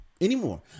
anymore